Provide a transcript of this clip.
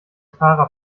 tara